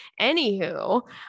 Anywho